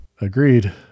agreed